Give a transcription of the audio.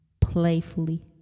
playfully